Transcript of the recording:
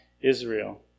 Israel